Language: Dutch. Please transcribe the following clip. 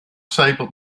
sijpelt